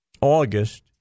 August